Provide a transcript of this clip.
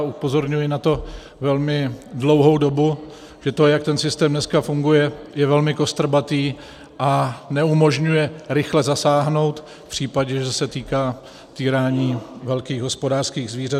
A upozorňuji na to velmi dlouhou dobu, že to, jak ten systém dneska funguje, je velmi kostrbaté a neumožňuje rychle zasáhnout v případě, že se to týká týrání velkých hospodářských zvířat.